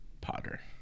Potter